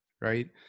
right